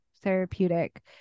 therapeutic